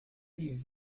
die